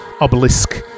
Obelisk